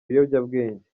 ibiyobyabwenge